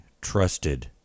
trusted